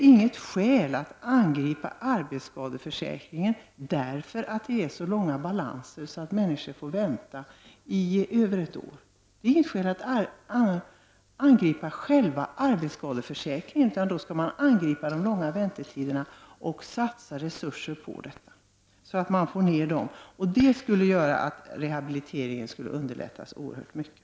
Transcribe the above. Den stora balansen av arbetsskadeärenden, som gör att män niskor får vänta på besked över ett år, är inte något skäl för att angripa arbetsskadeförsäkringen, utan man skall angripa de långa väntetiderna och satsa resurser på att få ned dem. Det skulle underlätta rehabiliteringen oerhört mycket.